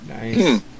Nice